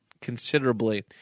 considerably